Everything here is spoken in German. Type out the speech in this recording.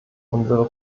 unsere